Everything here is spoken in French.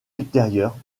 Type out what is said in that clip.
ultérieurs